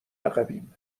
عقبیم